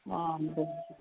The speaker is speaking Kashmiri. آ بلِکُل